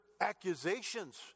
accusations